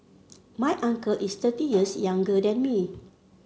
my uncle is thirty years younger than me